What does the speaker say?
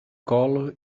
color